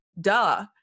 duh